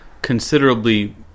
considerably